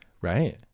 right